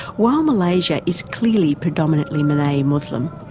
while malaysia is clearly predominantly malay muslim,